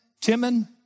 Timon